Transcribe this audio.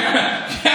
כן.